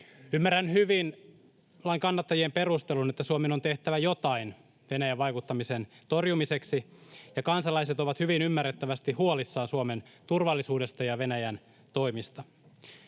Ymmärrän hyvin lain kannattajien perustelun, että Suomen on tehtävä jotain Venäjän vaikuttamisen torjumiseksi, ja kansalaiset ovat hyvin ymmärrettävästi huolissaan Suomen turvallisuudesta ja Venäjän toimista.